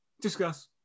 Discuss